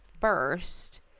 first